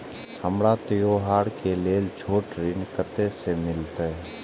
हमरा त्योहार के लेल छोट ऋण कते से मिलते?